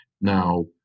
now